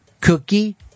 cookie